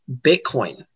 Bitcoin